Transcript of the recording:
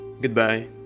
Goodbye